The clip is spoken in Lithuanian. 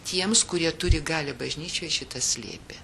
tiems kurie turi galią bažnyčioj šitą slėpė